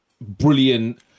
brilliant